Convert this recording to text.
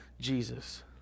Jesus